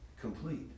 complete